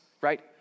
right